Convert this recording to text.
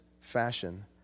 fashion